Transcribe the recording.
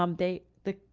um they, the,